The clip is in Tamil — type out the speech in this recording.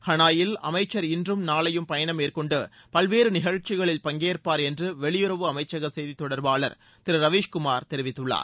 ஹனாயில் அமைச்சர் இன்றும் நாளையும் பயணம் மேற்கொண்டு பல்வேறு நிகழ்ச்சிகளில் பங்கேற்பார் என்று வெளியுறவு அமைச்சக செய்தித் தொடர்பாளர் திரு ரவீஸ் குமார் தெரிவித்துள்ளார்